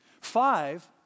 Five